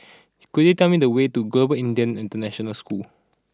could you tell me the way to Global Indian International School